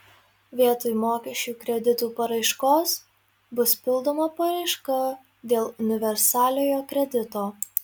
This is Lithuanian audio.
vietoj mokesčių kreditų paraiškos bus pildoma paraiška dėl universaliojo kredito